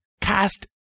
cast